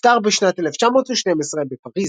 נפטר בשנת 1912 בפריז.